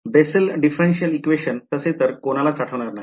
Bessel differential equation तसे तर कोणालाच आठवणार नाही